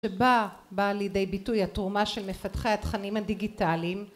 שבה באה לידי ביטוי התרומה של מפתחי התכנים הדיגיטליים